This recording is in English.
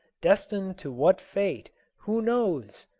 destined to what fate who knows?